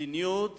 מדיניות